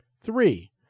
Three